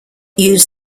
used